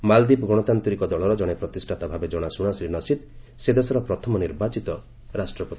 ମାଲଦୀପ ଗଣତାନ୍ତ୍ରିକ ଦଳର ଜଣେ ପ୍ରତିଷ୍ଠାତା ଭାବେ ଜଣାଶୁଣା ଶ୍ରୀ ନାସିଦ୍ ସେ ଦେଶର ପ୍ରଥମ ନିର୍ବାଚିତ ରାଷ୍ଟ୍ରପତି